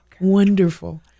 Wonderful